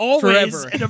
Forever